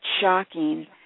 shocking